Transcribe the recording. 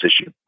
issue